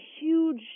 huge